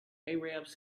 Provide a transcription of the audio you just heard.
arabs